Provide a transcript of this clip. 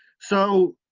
so